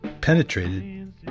penetrated